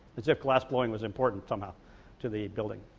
as if glassblowing was important somehow to the building.